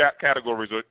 categories